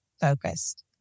focused